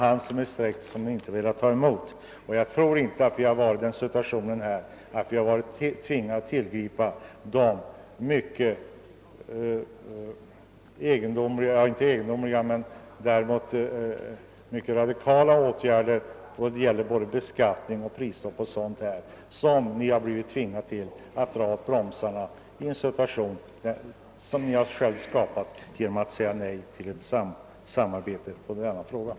Man har inte velat ta emot den utsträckta handen. Jag tror inte att man skulle ha behövt tillgripa de mycket radikala åtgärder i fråga om både beskattning och prisstopp som ni har varit tvingade till i en situation som ni själva har skapat genom att säga nej till samarbete på detta område.